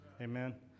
Amen